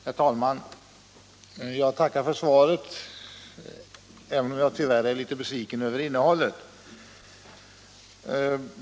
Herr talman! Jag tackar för svaret även om jag tyvärr är litet besviken över innehållet.